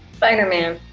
spiderman.